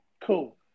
Cool